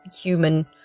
human